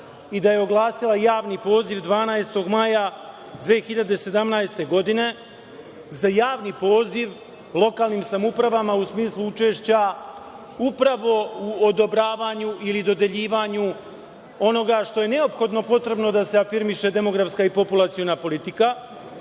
i da je oglasila javni poziv 12. maja 2017. godine lokalnim samoupravama u smislu učešća upravo u odobravanju ili dodeljivanju onoga što je neophodno, potrebno da se afirmiše demografska i populaciona politika.